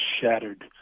shattered